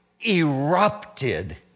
erupted